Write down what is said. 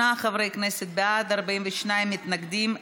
38 חברי כנסת בעד, 42 מתנגדים.